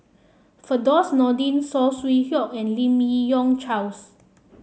Firdaus Nordin Saw Swee Hock and Lim Yi Yong Charles